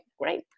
great